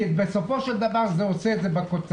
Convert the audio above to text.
כי בסופו של דבר זה עושה את זה בקונצנזוס.